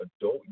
adult